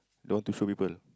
don't want to show people